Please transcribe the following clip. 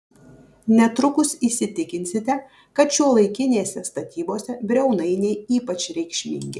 netrukus įsitikinsite kad šiuolaikinėse statybose briaunainiai ypač reikšmingi